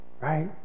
right